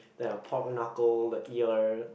they've pork knuckle the ear